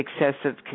excessive